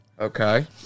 Okay